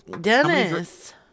Dennis